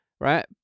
right